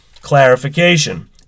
clarification